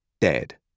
dead